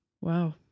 Wow